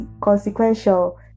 consequential